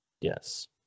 Yes